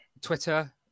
Twitter